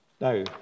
Now